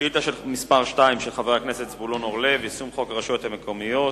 של חבר הכנסת זבולון אורלב: יישום חוק הרשויות המקומיות.